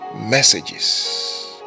messages